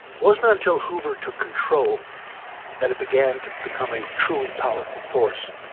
it wasn't until hoover took control that it began to become a truly powerful force.